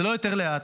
זה לא יותר לאט.